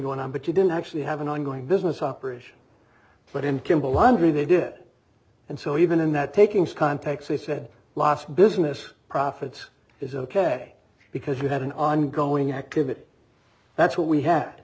going on but you didn't actually have an ongoing business operation but in kimball laundry they did and so even in that takings context they said lost business profits is ok because you had an ongoing activity that's what we had